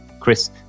Chris